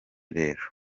rero